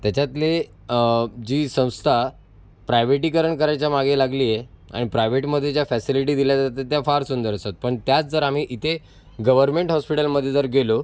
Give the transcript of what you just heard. त्याच्यातले जी संस्था प्रायवेटीकरण करायच्या मागे लागली आहे आणि प्रायवेटमध्ये ज्या फॅसिलिटी दिल्या जातात त्या फार सुंदर असतात पण त्यात जर आम्ही इथे गवर्मेंट हॉस्पिटलमध्ये जर गेलो